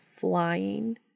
flying